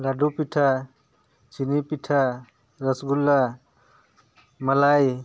ᱞᱟᱹᱰᱩ ᱯᱤᱴᱷᱟᱹ ᱪᱤᱱᱤ ᱯᱤᱴᱷᱟᱹ ᱨᱚᱥᱚᱜᱳᱞᱞᱟ ᱢᱟᱞᱟᱭ